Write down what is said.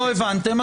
לא הבנתם,